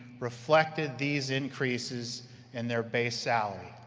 reflected these increases in their base salary.